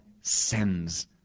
sends